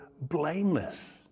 blameless